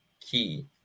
key